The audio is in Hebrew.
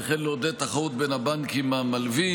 וכן לעודד את התחרות בין הבנקים המלווים.